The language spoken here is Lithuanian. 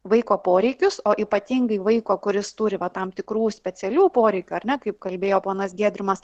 vaiko poreikius o ypatingai vaiko kuris turi tam tikrų specialių poreikių ar ne kaip kalbėjo ponas giedrimas